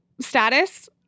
status